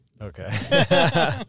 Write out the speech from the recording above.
Okay